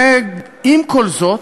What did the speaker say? ועם כל זאת,